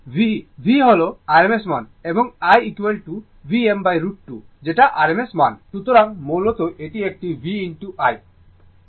সুতরাং মূলত এটি একটি v i কারণ এটি বিশুদ্ধ রেজিস্টিভ সার্কিট